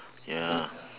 ya